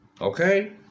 okay